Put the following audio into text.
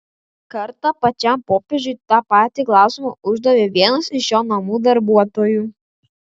kartą pačiam popiežiui tą patį klausimą uždavė vienas iš jo namų darbuotojų